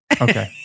Okay